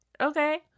Okay